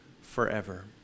forever